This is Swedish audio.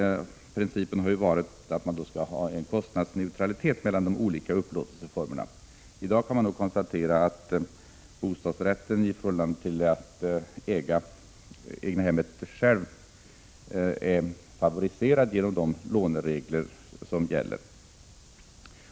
Principen har varit att det skall vara kostnadsneutralitet mellan de olika upplåtelseformerna. I dag kan man emellertid konstatera att bostadsrätten med de gällande lånereglerna är favoriserad i förhållande till egnahemsboendet.